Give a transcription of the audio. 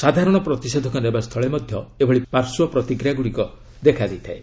ସାଧାରଣ ପ୍ରତିଷେଧକ ନେବାସ୍ଥଳେ ମଧ୍ୟ ଏଭଳି ପାର୍ଶ୍ୱ ପ୍ରତିକ୍ରିୟାଗୁଡ଼ିକ ଦେଖାଦେଇଥାଏ